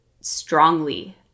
strongly